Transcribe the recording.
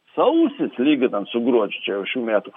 sausis lyginant su gruodžiu čia jau šių metų